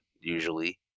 Usually